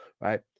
right